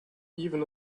even